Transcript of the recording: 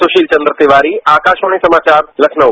सुशील चन्द्रत तिवारी आकाशवाणी समाचार लखनर